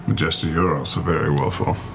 jester, you're also very willful.